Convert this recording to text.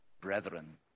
brethren